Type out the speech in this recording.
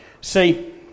See